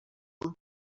before